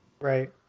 Right